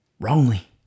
Wrongly